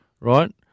right